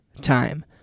time